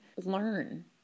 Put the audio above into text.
learn